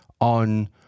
on